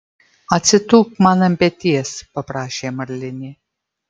atsitūpk man ant peties paprašė marlinė